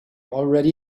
already